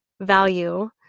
value